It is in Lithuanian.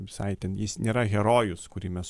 visai ten jis nėra herojus kurį mes